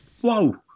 Whoa